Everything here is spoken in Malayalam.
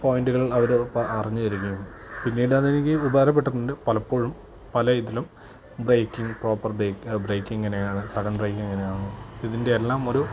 പോയൻ്റുകൾ അവർ പറഞ്ഞു തരുന്നു പിന്നീട് അതെനിക്ക് ഉപകാരപ്പെട്ടിട്ടുണ്ട് പലപ്പോഴും പല ഇതിലും ബ്രേക്കിംഗ് പ്രോപ്പർ ബ്രേക്കിങ് എങ്ങനെയാണ് സഡൻ ബ്രേക്ക് എങ്ങനെയാണ് ഇതിൻ്റെ എല്ലാം ഒരു